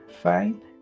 fine